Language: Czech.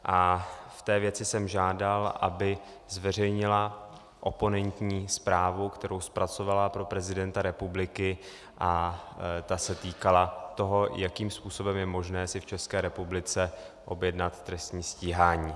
V té věci jsem žádal, aby zveřejnila oponentní zprávu, kterou zpracovala pro prezidenta republiky, a ta se týkala toho, jakým způsobem je možné si v České republice objednat trestní stíhání.